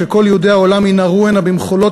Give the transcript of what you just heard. שכל יהודי העולם ינהרו הנה במחולות,